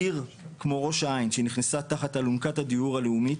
עיר כמו ראש העין שנכנסה תחת אלונקת הדיור הלאומית,